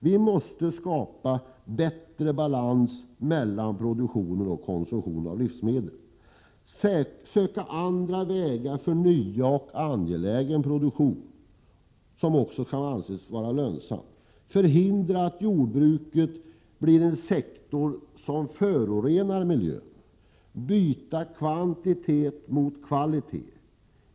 Vi måste skapa bättre balans mellan produktion och konsumtion av livsmedel, söka andra vägar för ny och angelägen produktion som också kan anses vara lönsam, förhindra att jordbruket blir en sektor som förorenar miljön och byta kvantitet mot kvalitet.